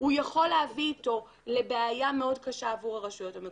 הוא יכול להביא איתו לבעיה מאוד קשה עבור הרשויות המקומיות.